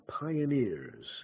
pioneers